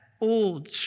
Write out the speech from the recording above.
old